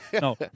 No